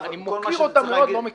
אני מוקיר אותם מאוד, לא מכיר.